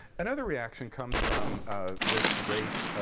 another reaction comes from this great,